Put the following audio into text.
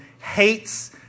hates